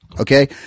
Okay